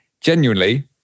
genuinely